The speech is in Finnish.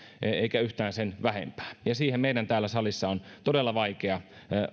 eikä yhtään sen vähempää ja siihen meidän täällä salissa on todella vaikea